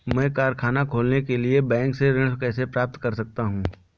मैं कारखाना खोलने के लिए बैंक से ऋण कैसे प्राप्त कर सकता हूँ?